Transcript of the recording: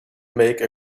make